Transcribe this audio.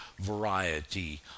variety